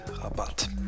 Rabatt